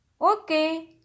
Okay